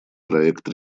проект